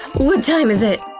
time is it?